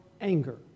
anger